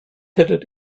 hättet